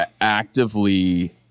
actively